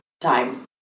time